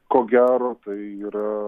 ko gero tai yra